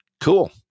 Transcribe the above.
Cool